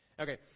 Okay